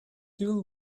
civil